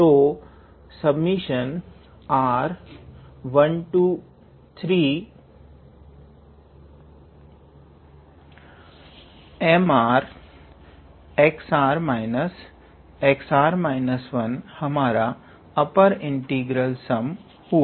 तो r13Mr हमारा upper integral sum हुआ